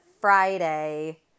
Friday